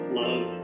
love